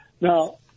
Now